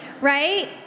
right